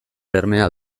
bermea